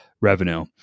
revenue